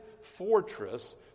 fortress